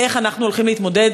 איך אנחנו הולכים להתמודד,